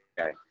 okay